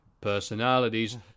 personalities